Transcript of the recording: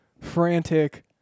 frantic